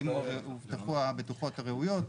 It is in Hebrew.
האם הובטחו הבטוחות הראויות,